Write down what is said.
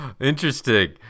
Interesting